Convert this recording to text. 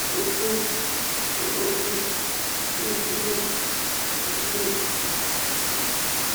شيء في حياتنا من تواصل، معلومات، وتحديد المواقع.